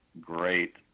great